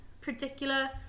particular